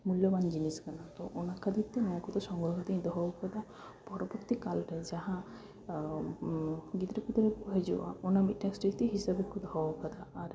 ᱢᱩᱞᱞᱚᱵᱟᱱ ᱡᱤᱱᱤᱥ ᱠᱟᱱᱟ ᱛᱚ ᱚᱱᱟ ᱠᱷᱟᱛᱤᱨ ᱛᱮ ᱱᱚᱣᱟ ᱠᱚᱫᱚ ᱥᱚᱝᱜᱨᱚᱦᱚ ᱠᱟᱛᱮᱧ ᱫᱚᱦᱚᱣ ᱠᱟᱫᱟ ᱯᱚᱨᱚᱵᱚᱨᱛᱤ ᱠᱟᱞᱨᱮ ᱡᱟᱦᱟᱸ ᱜᱤᱫᱽᱨᱟᱹ ᱯᱤᱫᱽᱨᱟᱹ ᱠᱚ ᱦᱤᱡᱩᱜᱼᱟ ᱚᱱᱟ ᱢᱤᱫᱴᱟᱝ ᱥᱨᱤᱛᱤ ᱦᱤᱥᱟᱹᱵ ᱛᱮᱠᱚ ᱫᱚᱦᱚᱣ ᱟᱠᱟᱫᱟ ᱟᱨ